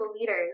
leaders